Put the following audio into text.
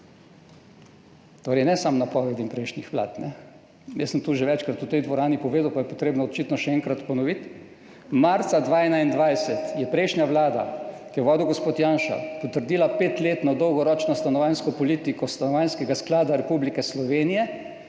Torej, ne samo napovedim prejšnjih vlad, jaz sem to že večkrat v tej dvorani povedal, pa je treba očitno še enkrat ponoviti. Marca 2021 je prejšnja vlada, ki jo je vodil gospod Janša, potrdila petletno dolgoročno stanovanjsko politiko Stanovanjskega sklada Republike Slovenije,